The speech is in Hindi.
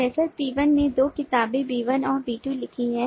प्रोफेसर P1 ने दो किताबें B1 और B2 लिखी हैं